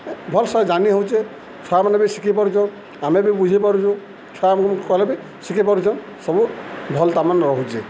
ଭଲ୍ସେ ଜାନି ହଉଚେ ଛୁଆମାନେ ବି ଶିଖିପାରୁଚନ୍ ଆମେ ବି ବୁଝିପାରୁଚୁ ଛୁଆମାନ୍କୁ କାହେଲେ ବି ଶିଖିପାରୁଚନ୍ ସବୁ ଭଲ୍ ତାମାନେ ରହୁଚେ